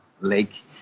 Lake